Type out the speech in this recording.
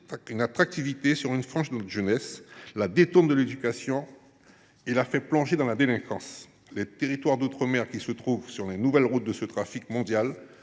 attire une frange de notre jeunesse, la détourne de l’éducation et la fait plonger dans la délinquance. Les territoires d’outre mer qui se trouvent sur les nouvelles routes de ce trafic mondial